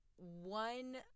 one